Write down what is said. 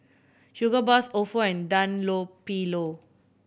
Hugo Boss Ofo and Dunlopillo